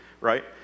right